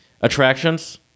attractions